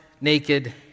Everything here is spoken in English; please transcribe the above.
naked